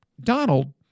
Donald